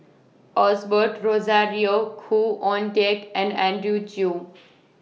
Osbert Rozario Khoo Oon Teik and Andrew Chew